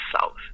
south